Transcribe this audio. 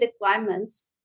requirements